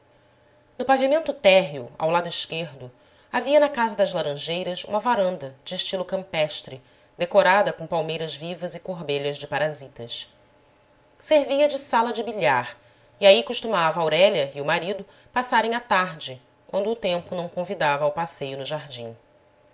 no pavimento térreo ao lado esquerdo havia na casa das laranjeiras uma varanda de estilo campestre decorada com palmeiras vivas e corbelhas de parasitas servia de sala de bilhar e aí costumava aurélia e o marido passarem a tarde quando o tempo não convidava ao passeio no jardim